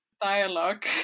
dialogue